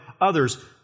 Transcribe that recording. others